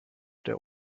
der